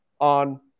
on